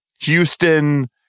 Houston